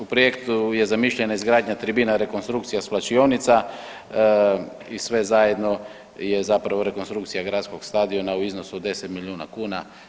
U projektu je zamišljena izgradnja tribina rekonstrukcija svlačionica i sve zajedno je zapravo rekonstrukcija gradskog stadiona u iznosu od 10 milijuna kuna.